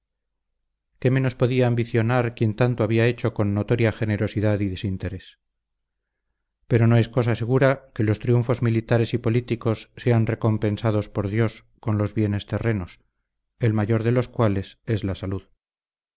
qué menos podía ambicionar quien tanto había hecho con notoria generosidad y desinterés pero no es cosa segura que los triunfos militares y políticos sean recompensados por dios con los bienes terrenos el mayor de los cuales es la salud